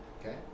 Okay